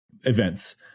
events